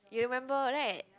you remember right